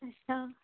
ਅੱਛਾ